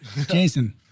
Jason